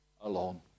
alone